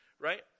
right